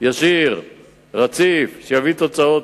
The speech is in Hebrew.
ישיר ורציף שיביא תוצאות,